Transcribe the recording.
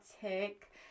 tick